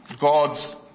God's